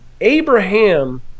Abraham